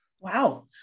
Wow